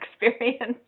experience